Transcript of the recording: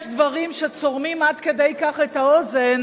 יש דברים שצורמים עד כדי כך את האוזן,